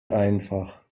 einfach